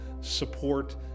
support